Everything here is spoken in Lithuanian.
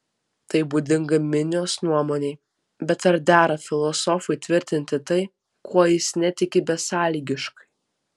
tai būdinga minios nuomonei bet ar dera filosofui tvirtinti tai kuo jis netiki besąlygiškai